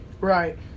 Right